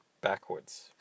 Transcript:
backwards